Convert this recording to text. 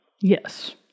Yes